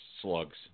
slugs